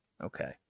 Okay